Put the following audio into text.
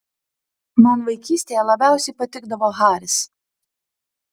man vaikystėje labiausiai patikdavo haris